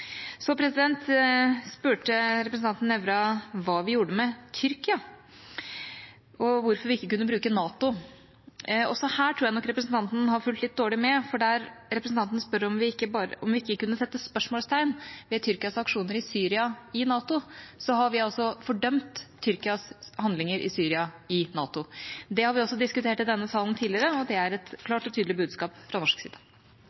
spurte representanten Nævra om hva vi gjorde med Tyrkia, og hvorfor vi ikke kunne bruke NATO. Også her tror jeg nok representanten har fulgt litt dårlig med, for representanten spør om vi ikke kunne sette spørsmålstegn ved Tyrkias aksjoner i Syria i NATO. Vi har altså fordømt Tyrkias handlinger i Syria i NATO. Det har vi også diskutert i denne salen tidligere, og det er et klart og tydelig budskap fra norsk side.